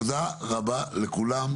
תודה רבה לכולם.